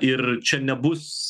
ir čia nebus